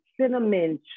cinnamon